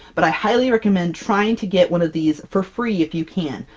but i highly recommend trying to get one of these for free, if you can!